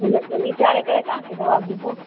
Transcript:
हिन ते वीचारे करे पोइ तांखे जवाब ॾीबो